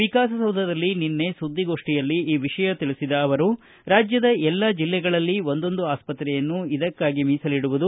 ವಿಕಾಸಸೌಧದಲ್ಲಿ ನಿನ್ನೆ ಸುದ್ದಿಗೋಷ್ಠಿಯಲ್ಲಿ ಈ ವಿಷಯ ತಿಳಿಬದ ಅವರು ರಾಜ್ದದ ಎಲ್ಲಾ ಜಿಲ್ಲೆಗಳಲ್ಲಿ ಒಂದೊಂದು ಆಸ್ಪತ್ರೆಯನ್ನು ಇದಕ್ಕಾಗಿ ಮೀಸಲಿಡುವುದು